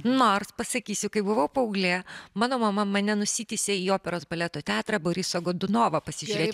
nors pasakysiu kai buvau paauglė mano mama mane nusitįsė į operos baleto teatrą borisą godunovą pasižiūrėt